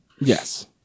Yes